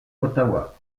ottawa